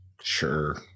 Sure